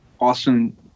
awesome